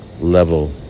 level